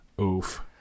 oof